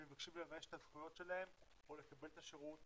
והם מבקשים לממש את הזכויות שלהם או לקבל את השירות